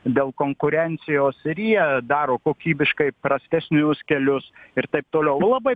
dėl konkurencijos ir jie daro kokybiškai prastesnius kelius ir taip toliau labai